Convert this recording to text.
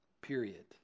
period